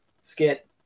skit